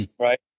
right